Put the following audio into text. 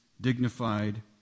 dignified